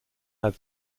had